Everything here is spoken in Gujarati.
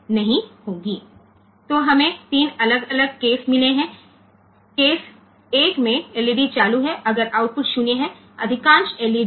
તેથી આપણી પાસે 3 અલગ અલગ કિસ્સા છે કે જો એક LED ચાલુ હોય અને જો આઉટપુટ 0 હોય તો મોટા ભાગની LED 1